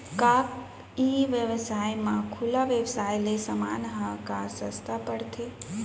का ई व्यवसाय म खुला व्यवसाय ले समान ह का सस्ता पढ़थे?